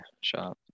shop